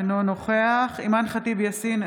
אינו נוכח אימאן ח'טיב יאסין,